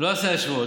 אני לא אעשה השוואות,